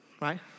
right